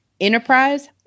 Enterprise